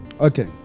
Okay